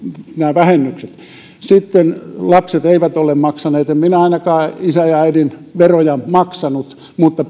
vähennykset sitten lapset eivät ole maksaneet en minä ainakaan isän ja äidin veroja maksanut mutta